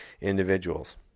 individuals